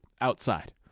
outside